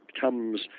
comes